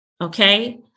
Okay